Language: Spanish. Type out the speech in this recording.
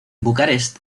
bucarest